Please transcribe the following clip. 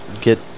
get